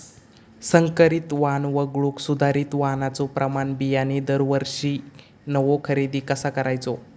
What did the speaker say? संकरित वाण वगळुक सुधारित वाणाचो प्रमाण बियाणे दरवर्षीक नवो खरेदी कसा करायचो?